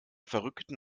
verrückten